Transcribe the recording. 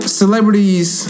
celebrities